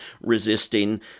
resisting